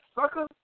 sucker